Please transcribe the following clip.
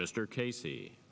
mr casey